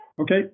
Okay